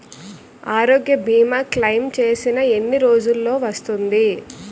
ఆరోగ్య భీమా క్లైమ్ చేసిన ఎన్ని రోజ్జులో వస్తుంది?